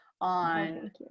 on